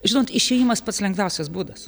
žinot išėjimas pats lengviausias būdas